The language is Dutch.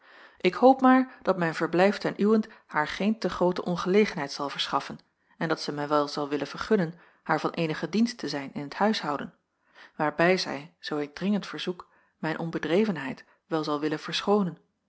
ik hoop maar dat mijn verblijf ten uwent haar geen te groote ongelegenheid zal verschaffen en dat zij mij wel zal willen vergunnen haar van eenigen dienst te zijn in t huishouden waarbij zij zoo ik dringend verzoek mijn onbedrevenheid wel zal willen verschoonen